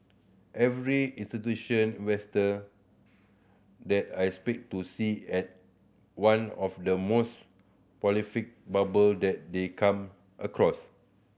every institution investor that I speak to see as one of the most prolific bubble that they come across